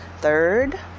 Third